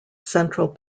central